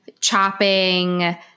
chopping